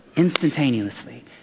instantaneously